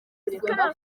tugomba